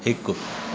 हिकु